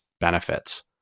benefits